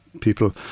people